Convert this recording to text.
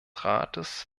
rates